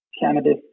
cannabis